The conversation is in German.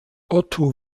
otto